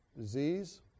disease